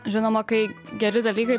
žinoma kai geri dalykai